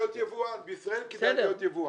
בישראל כדאי להיות יבואן.